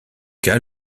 cas